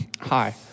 Hi